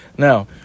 Now